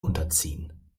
unterziehen